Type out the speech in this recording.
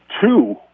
two